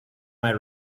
might